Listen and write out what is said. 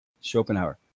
Schopenhauer